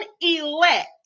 elect